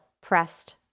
pressed